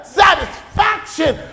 satisfaction